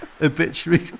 obituary